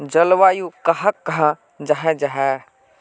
जलवायु कहाक कहाँ जाहा जाहा?